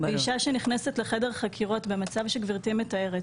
ואישה שנכנסת לחדר חקירות במצב שגברתי מתארת,